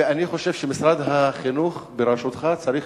ואני חושב שמשרד החינוך בראשותך צריך